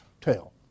tell